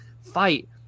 fight